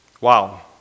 Wow